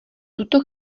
tuto